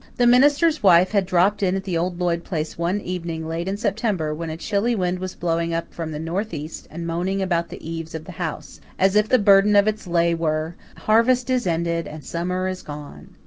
the minister's wife had dropped in at the old lloyd place one evening late in september, when a chilly wind was blowing up from the northeast and moaning about the eaves of the house, as if the burden of its lay were harvest is ended and summer is gone.